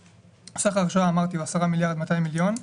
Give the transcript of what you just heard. סך ההרשאה כפי שאמרתי הוא 10.2 מיליארד ₪,